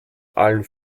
allen